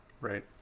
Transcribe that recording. Right